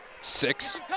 six